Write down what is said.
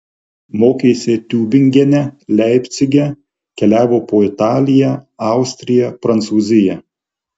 mokėsi tiubingene leipcige keliavo po italiją austriją prancūziją